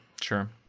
sure